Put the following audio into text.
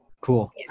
Cool